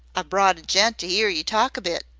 brought a gent to ear yer talk a bit,